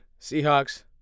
Seahawks